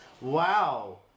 wow